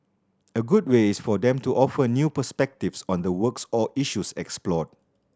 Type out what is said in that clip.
a good way is for them to offer new perspectives on the works or issues explored